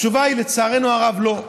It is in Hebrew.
התשובה היא, לצערנו הרב, לא.